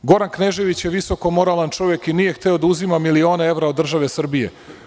Goran Knežević je visokomoralan čovek i nije hteo da uzima milione evra od države Srbije.